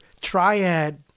triad